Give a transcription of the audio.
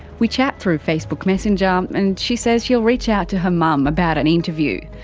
we chat through facebook messenger, um and she says she'll reach out to her mum about an interview.